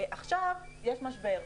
עכשיו יש משבר,